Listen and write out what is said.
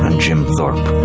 um jim thorpe.